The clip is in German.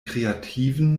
kreativen